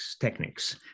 techniques